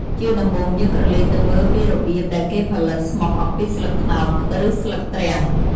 ជាដំបូងយើងក្រឡេកទៅមើលពីរបៀបដែលគេផលិតស្មុកអំពីស្លឹកត្នោត ឬស្លឹកទ្រាំង។